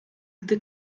gdy